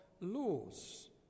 laws